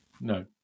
No